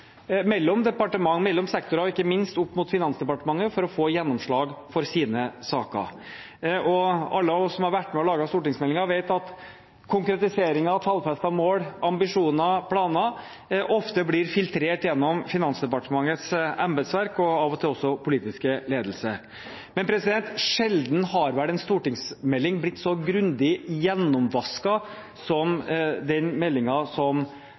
mellom departement, mellom sektorer og ikke minst mot Finansdepartementet – for å få gjennomslag for sine saker. Alle av oss som har vært med på å lage stortingsmeldinger, vet at konkretiseringen av tallfestede mål, ambisjoner og planer ofte blir filtrert gjennom Finansdepartementets embetsverk, og av og til også politisk ledelse. Sjelden har vel en stortingsmelding blitt så grundig gjennomvasket som den